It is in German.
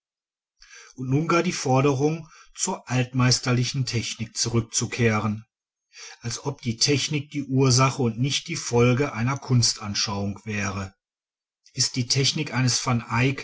und nun gar die forderung zur altmeisterlichen technik zurückzukehren als ob die technik die ursache und nicht die folge einer kunstanschauung wäre ist die technik eines